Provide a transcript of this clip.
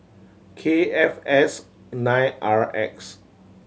K F S nine R X